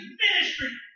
ministry